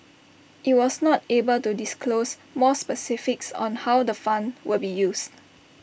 IT was not able to disclose more specifics on how the fund will be used